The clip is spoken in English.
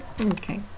Okay